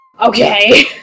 Okay